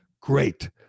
great